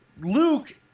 Luke